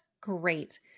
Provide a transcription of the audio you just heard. great